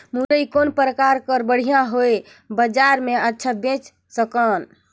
मुरई कौन प्रकार कर बढ़िया हवय? बजार मे अच्छा बेच सकन